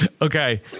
Okay